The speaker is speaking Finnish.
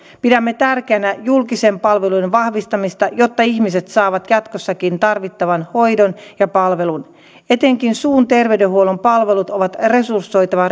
pidämme tärkeänä julkisten palveluiden vahvistamista jotta ihmiset saavat jatkossakin tarvittavan hoidon ja palvelun etenkin suun terveydenhuollon palvelut on resursoitava